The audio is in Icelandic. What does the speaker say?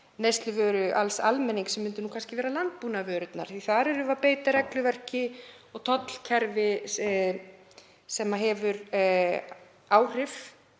neysluvöru alls almennings sem væru nú kannski landbúnaðarvörurnar. Þar erum við að beita regluverki og tollkerfi sem hefur áhrif